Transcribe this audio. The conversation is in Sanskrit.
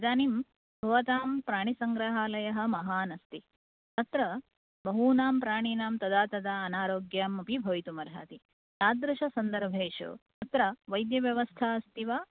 इदानीं भवतां प्राणी संग्रहालयः महान् अस्ति अत्र बहूनां प्राणीनां तदा तदा अनारोग्यं अपि भवितुम् अर्हति तादृशसन्दर्भेषु वैद्यव्यवस्था अस्ति वा